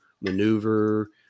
maneuver